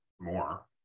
more